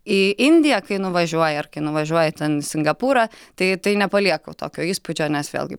į indiją kai nuvažiuoji ar nuvažiuoji ten į singapūrą tai tai nepalieka jau tokio įspūdžio nes vėlgi